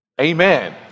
amen